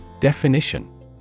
Definition